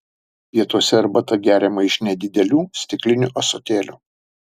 pietuose arbata geriama iš nedidelių stiklinių ąsotėlių